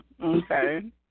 Okay